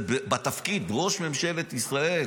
זה בתפקיד ראש ממשלת ישראל.